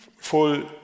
full